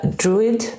druid